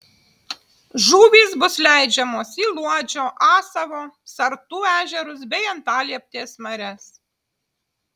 žuvys bus leidžiamos į luodžio asavo sartų ežerus bei antalieptės marias